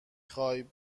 خوای